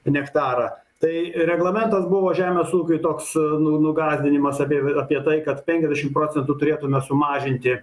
nektarą tai reglamentas buvo žemės ūkiui toks nu nugąsdinimas apie apie tai kad penkiasdešim procentų turėtumėme sumažinti